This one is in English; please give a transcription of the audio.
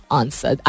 answer